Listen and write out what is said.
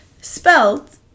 Spelled